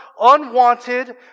unwanted